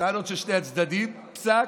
הטענות של שני הצדדים, פסק,